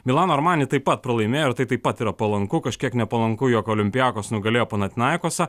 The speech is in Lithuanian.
milano armani taip pat pralaimėjo ir tai taip pat yra palanku kažkiek nepalanku jog olympiakos nugalėjo panatinaikosą